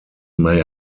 may